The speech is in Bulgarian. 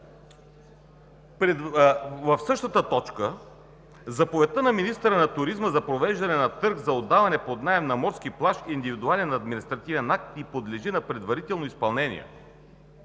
в същата точка: „Заповедта на министъра на туризма за провеждане на търг за отдаване под наем на морски плаж е индивидуален административен акт и подлежи на предварително изпълнение.“